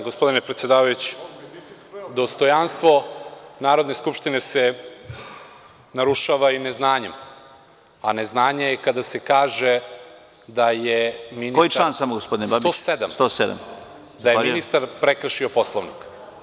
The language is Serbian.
Povređen je član 107. predsedavajući, dostojanstvo Narodne skupštine se narušava i neznanjem, a neznanje je kada se kaže da je ministar prekršio Poslovnik.